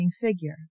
figure